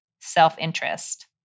self-interest